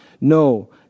No